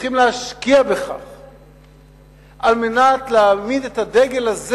וצריכים להשקיע בכך כדי להעמיד את הדגל הזה